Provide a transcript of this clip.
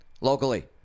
Locally